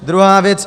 Druhá věc.